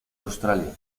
australia